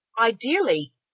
ideally